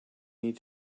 need